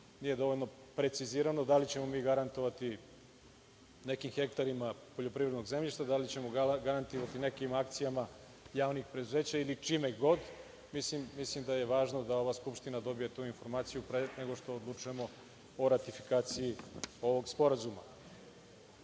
nije dovoljno precizirano da li ćemo mi garantovati nekim hektarima poljoprivrednog zemljišta, da li ćemo garantovati nekim akcijama javnih preduzeća ili čime god? Mislim da je važno da ova Skupština dobije tu informaciju pre nego što odlučujemo o ratifikaciji ovog sporazuma. Ono